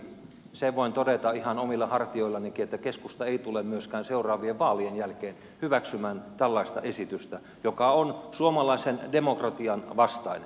sen voin todeta ihan omilla hartioillanikin että keskusta ei tule myöskään seuraavien vaalien jälkeen hyväksymään tällaista esitystä joka on suomalaisen demokratian vastainen